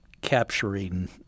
capturing